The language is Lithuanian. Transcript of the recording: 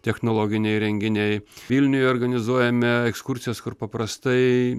technologiniai įrenginiai vilniuje organizuojame ekskursijas kur paprastai